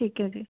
ਠੀਕ ਹੈ ਜੀ